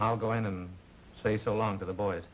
i'll go in and say so long to the bo